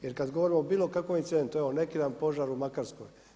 Jer kada govorimo o bilokakvom incidentu, evo neki dan, požar u Makarskoj.